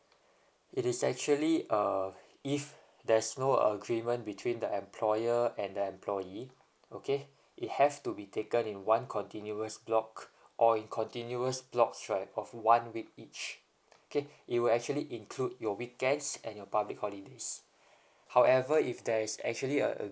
it is actually uh if there's no agreement between the employer and the employee okay it have to be taken in one continuous block or in continuous block stretch of one week each okay you actually include your weekends and your public holidays however if there's actually a